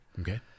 Okay